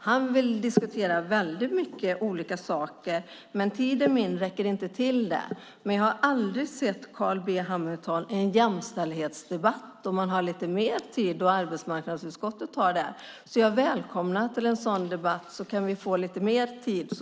Han vill diskutera många olika saker, men min tid räcker inte till det. Jag har dock aldrig sett Carl B Hamilton i en jämställdhetsdebatt i arbetsmarknadsutskottet då vi har mer tid till förfogande. Jag välkomnar honom till en sådan debatt.